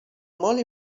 molt